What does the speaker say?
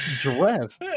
dress